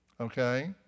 okay